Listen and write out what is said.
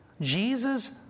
Jesus